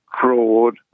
fraud